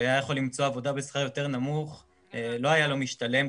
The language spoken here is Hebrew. והיה יכול למצוא עבודה בשכר יותר נמוך לא היה לו משתלם,